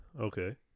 Okay